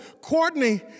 Courtney